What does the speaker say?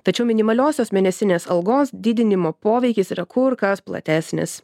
tačiau minimaliosios mėnesinės algos didinimo poveikis yra kur kas platesnis